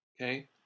okay